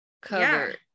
cover